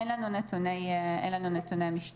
אין לנו נתוני משטרה.